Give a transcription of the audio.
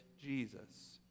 Jesus